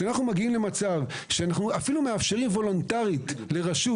כשאנחנו מגיעים למצב שאנחנו אפילו מאפשרים וולונטרית לרשות